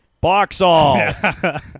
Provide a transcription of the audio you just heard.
Boxall